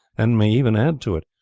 and may even add to it,